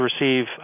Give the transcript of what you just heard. receive